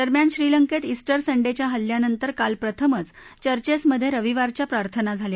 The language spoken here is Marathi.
दरम्यान श्रीलंकेत ईस्टर संडेच्या हल्ल्यानंतर काल प्रथमच चर्चेस मधे रविवारच्या प्रार्थना झाल्या